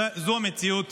זאת המציאות